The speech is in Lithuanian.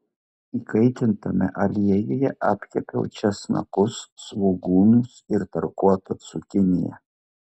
įkaitintame aliejuje apkepiau česnakus svogūnus ir tarkuotą cukiniją